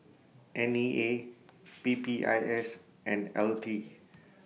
N E A P P I S and L T